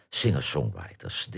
singer-songwriters